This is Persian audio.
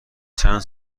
چند